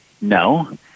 No